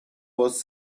was